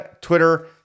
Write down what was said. Twitter